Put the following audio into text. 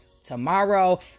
tomorrow